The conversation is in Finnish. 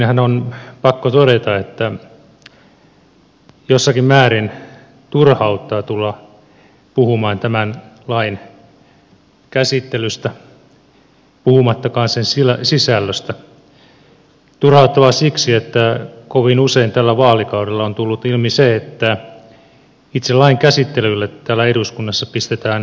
ensinnäkinhän on pakko todeta että jossakin määrin turhauttaa tulla puhumaan tämän lain käsittelystä puhumattakaan sen sisällöstä turhauttavaa siksi että kovin usein tällä vaalikaudella on tullut ilmi se että itse lain käsittelylle täällä eduskunnassa pistetään turhauttavan vähän painoa